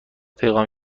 پیغام